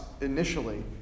initially